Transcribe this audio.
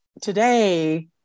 today